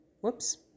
whoops